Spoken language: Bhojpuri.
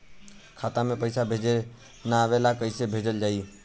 खाता में पईसा भेजे ना आवेला कईसे भेजल जाई?